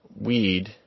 weed